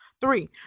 three